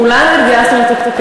כולנו התגייסנו לתקן.